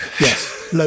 Yes